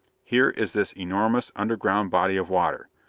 here is this enormous underground body of water.